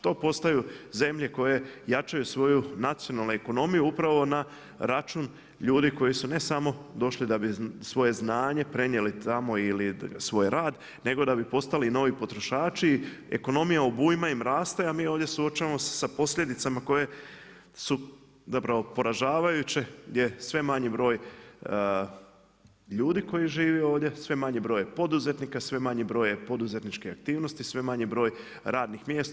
To postaju zemlje koje jačaju svoju nacionalnu ekonomiju upravo na račun ljudi koji su ne samo došli da bi svoje znanje prenijeli tamo ili svoj rad nego da bi postali novi potrošači i ekonomija obujma im raste, a mi ovdje se suočavamo sa posljedicama koje su poražavajuće gdje je sve manji broj ljudi koji živi ovdje, sve manji broj je poduzetnika, sve manji broj je poduzetničke aktivnosti, sve manji broj radnih mjesta.